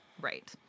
Right